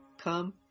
come